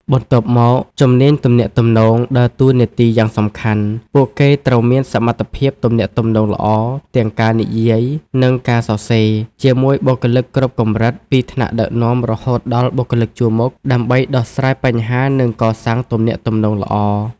បន្ទាប់មក ជំនាញទំនាក់ទំនង ដើរតួនាទីយ៉ាងសំខាន់ ពួកគេត្រូវមានសមត្ថភាពទំនាក់ទំនងល្អ ទាំងការនិយាយ និងការសរសេរ ជាមួយបុគ្គលិកគ្រប់កម្រិត ពីថ្នាក់ដឹកនាំរហូតដល់បុគ្គលិកជួរមុខ ដើម្បីដោះស្រាយបញ្ហា និងកសាងទំនាក់ទំនងល្អ។